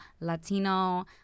Latino